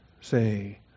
Say